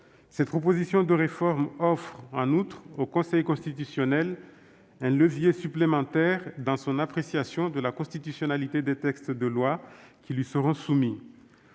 cette proposition de réforme offre au Conseil constitutionnel un levier supplémentaire dans son appréciation de la constitutionnalité des textes de loi qui lui seront soumis.